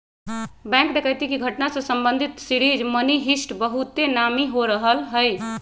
bank डकैती के घटना से संबंधित सीरीज मनी हीस्ट बहुते नामी हो रहल हइ